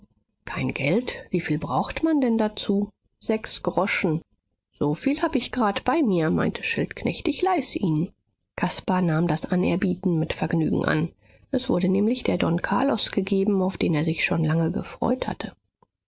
kein geld wieviel braucht man denn dazu sechs groschen soviel hab ich grad bei mir meinte schildknecht ich leih's ihnen caspar nahm das anerbieten mit vergnügen an es wurde nämlich der don carlos gegeben auf den er sich schon lange gefreut hatte